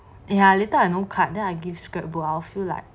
ya later then I no card then I give skirt but I feel like